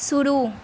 शुरू